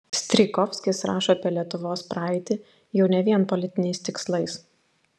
strijkovskis rašo apie lietuvos praeitį jau ne vien politiniais tikslais